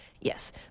yes